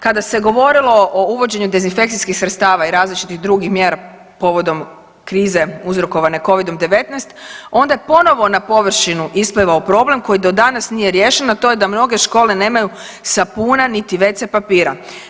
Kada se govorilo o uvođenju dezinfekcijskih sredstava i različitih drugih mjera povodom krize uzrokovane Covidom-19 onda je ponovo na površinu isplivao problem koji do danas nije riješen, a to je da mnoge škole nemaju sapuna niti wc papira.